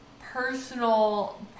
personal